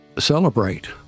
celebrate